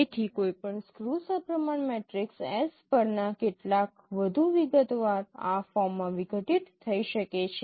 તેથી કોઈપણ સ્ક્યૂ સપ્રમાણ મેટ્રિક્સ S પરના કેટલાક વધુ વિગતવાર આ ફોર્મમાં વિઘટિત થઈ શકે છે